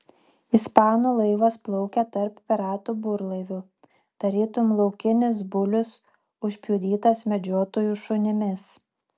ispanų laivas plaukė tarp piratų burlaivių tarytum laukinis bulius užpjudytas medžiotojų šunimis